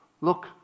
look